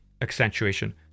accentuation